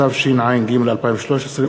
התשע"ג 2013,